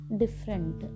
different